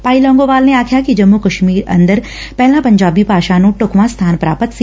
ਭਾਈ ਲੌਂਗੋਵਾਲ ਨੇ ਆਖਿਆ ਕੈ ਜੰਮੁ ਕਸ਼ਮੀਰ ਅੰਦਰ ਪਹਿਲਾਂ ਪੰਜਾਬੀ ਭਾਸ਼ਾ ਨੂੰ ਢੁੱਕਵਾਂ ਸਬਾਨ ਪ੍ਰਾਪਤ ਸੀ